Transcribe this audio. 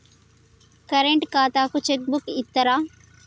Current ఖాతాకు cheque book ఇత్తరా?